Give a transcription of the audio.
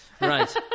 Right